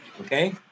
okay